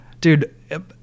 Dude